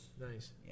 Nice